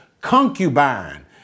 concubine